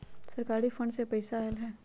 सरकारी फंड से पईसा आयल ह?